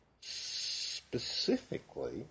Specifically